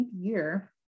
year